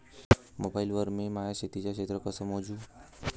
Mobile वर मी माया शेतीचं क्षेत्र कस मोजू?